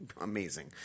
amazing